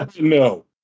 no